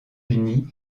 unis